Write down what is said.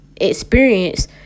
Experience